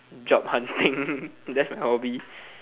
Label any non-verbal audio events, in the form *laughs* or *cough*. job hunting *laughs* that's my hobby